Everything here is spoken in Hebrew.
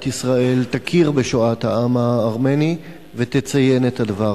ישראל תכיר בשואת העם הארמני ותציין את הדבר.